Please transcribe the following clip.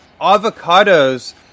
avocados